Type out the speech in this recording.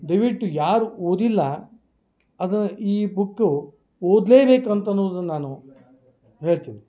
ದಯವಿಟ್ಟು ಯಾರು ಓದಿಲ್ಲ ಅದು ಈ ಬುಕ್ಕು ಓದಲೇ ಬೇಕು ಅಂತ ಅನ್ನುದನ್ನು ಹೇಳ್ತೀನಿ